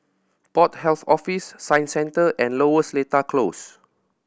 Port Health Office Science Centre and Lower Seletar Close